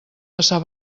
passar